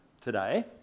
today